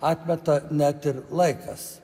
atmeta net ir laikas